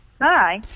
Hi